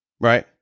right